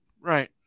Right